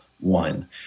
one